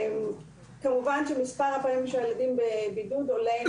כמובן שמספר הפעמים שהילדים בבידוד עולה עם